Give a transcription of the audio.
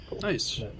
nice